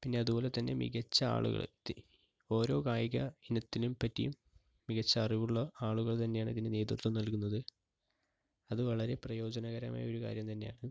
പിന്നെ അതുപോലെത്തന്നെ മികച്ച ആളുകൾ ഓരോ കായിക ഇനത്തിനെപ്പറ്റിയും മികച്ച അറിവുള്ള ആളുകൾ തന്നെയാണ് ഇതിന് നേതൃത്വം നൽകുന്നത് അത് വളരെ പ്രയോജനകരമായ ഒരു കാര്യം തന്നെയാണ്